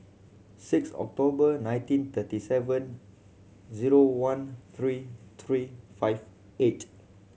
six October nineteen thirty seven zero one three three five eight